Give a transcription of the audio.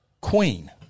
Queen